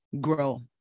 grow